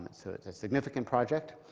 so it's a significant project.